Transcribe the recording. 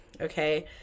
Okay